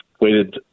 waited